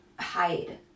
Hide